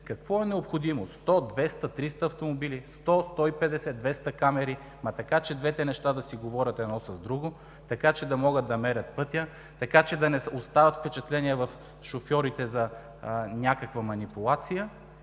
какво е необходимо – 100, 200, 300 автомобили, 100, 150, 200 камери, но така, че двете неща да си говорят едно с друго, така че да могат да мерят пътя, така че да не оставят впечатления в шофьорите за някаква манипулация